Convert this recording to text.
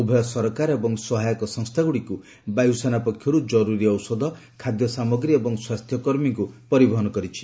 ଉଭୟ ସରକାର ଏବଂ ସହାୟକ ସଂସ୍ଥାଗୁଡ଼ିକୁ ବାୟୁସେନା ପକ୍ଷରୁ ଜରୁରୀ ଔଷଧ ଖାଦ୍ୟସାମଗ୍ରୀ ଏବଂ ସ୍ୱାସ୍ଥ୍ୟକର୍ମୀଙ୍କୁ ପରିବହନ କରିଛି